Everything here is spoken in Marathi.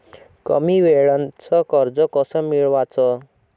कमी वेळचं कर्ज कस मिळवाचं?